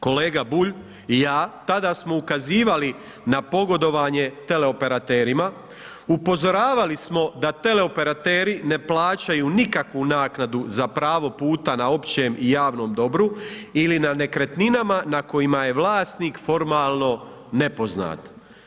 Kolega Bulj i ja tada smo ukazivali na pogodovanje teleoperaterima, upozoravali smo da teleoperateri ne plaćaju nikakvu naknadu za pravo puta na općem i javnom dobru ili na nekretninama na kojima je vlasnik formalno nepoznat.